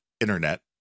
internet